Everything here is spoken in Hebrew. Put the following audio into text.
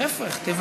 להפך, תברך.